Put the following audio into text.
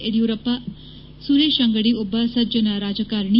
ಯಡಿಯೂರಪ್ಪ ಸುರೇಶ್ ಅಂಗಡಿ ಒಬ್ಬ ಸಜ್ಜನ ರಾಜಕಾರಣಿ